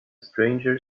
stranger